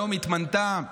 היום התמנתה,